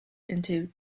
into